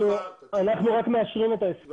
אנחנו רק מאשרים את ההסכם.